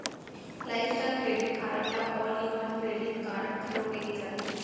lifestyle credit card ल all in one credit card घलो केहे जाथे